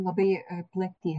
labai plati